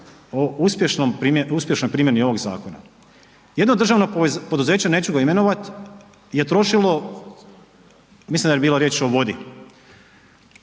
o uspješnoj primjeni ovog zakona. Jedno državno poduzeće, neću ga imenovat, je trošilo, mislim da je bilo riječ o vodi,